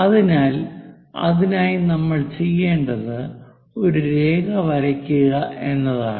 അതിനാൽ അതിനായി നമ്മൾ ചെയ്യേണ്ടത് ഒരു രേഖ വരയ്ക്കുക എന്നതാണ്